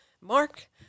Mark